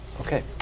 Okay